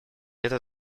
это